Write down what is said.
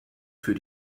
für